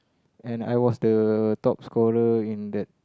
and I was the top scorer in that